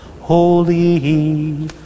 Holy